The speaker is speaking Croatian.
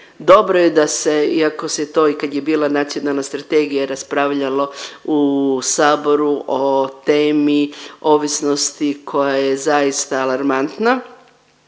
Dobro je da se iako se to i kad je bila nacionalna strategija raspravljalo u saboru o temi ovisnosti koja je zaista alarmantna.